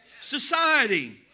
society